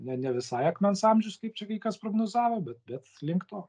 ne ne visai akmens amžius kaip čia kai kas prognozavo bet bet link to